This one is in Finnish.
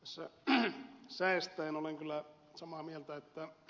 kangasta säestäen olen kyllä samaa mieltä että p